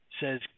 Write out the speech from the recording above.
says